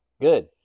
good